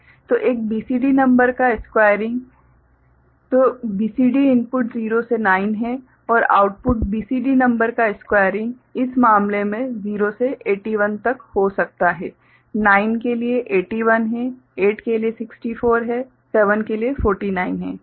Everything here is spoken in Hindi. तो एक BCD नंबर का स्क्वायरिंग तो BCD इनपुट 0 से 9 है और आउटपुट BCD नंबर का स्क्वायरिंग इस मामले में 0 से 81 तक हो सकता है 9 81 है 8 64 है 7 49 है ठीक है